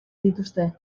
dituzte